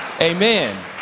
Amen